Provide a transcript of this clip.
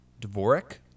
Dvorak